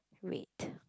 wait